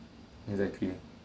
exactly